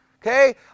Okay